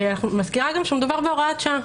אני גם מזכירה שמדובר בהוראת שעה.